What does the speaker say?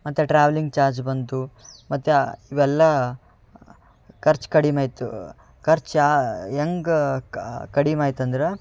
ಮತ್ತು travelling charge ಬಂತು ಮತ್ತು ಇವೆಲ್ಲ ಖರ್ಚು ಕಡಿಮೆ ಇತ್ತು ಖರ್ಚು ಹೆಂಗ ಕಡಿಮೆ ಆಯ್ತು ಅಂದ್ರೆ